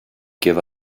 give